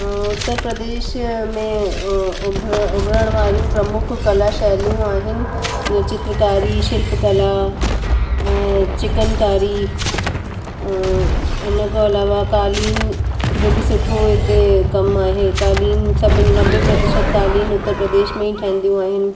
हा उत्तर प्रदेश में उभरण वारियूं प्रमुख कला शैलियूं आहिनि जीअं चित्रकारी शिल्पकला ऐं चिकनकारी इन खां अलावा कालिन जो बि सुठो हिते कमु आहे कालिन सभिनि नवे प्रतिशत कालिन उत्तर प्रदेश में ई ठहंदियूं आहिनि